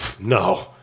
no